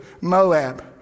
Moab